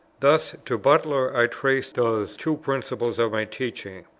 thus to butler i trace those two principles of my teaching,